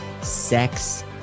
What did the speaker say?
sex